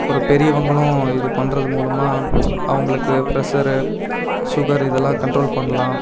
அப்புறம் பெரியவங்களும் இது பண்ணுறது மூலமாக அவுங்களுக்கு ப்ரெஷ்ஷரு சுகரு இதெலாம் கண்ட்ரோல் பண்ணலாம்